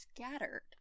scattered